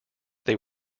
they